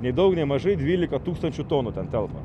nei daug nei mažai dvylika tūkstančių tonų ten telpa